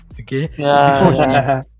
okay